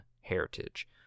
heritage